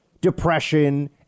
depression